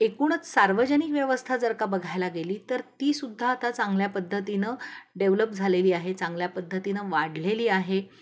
एकूणच सार्वजनिक व्यवस्था जर का बघायला गेली तर तीसुद्धा आता चांगल्या पद्धतीनं डेव्हलप झालेली आहे चांगल्या पद्धतीनं वाढलेली आहे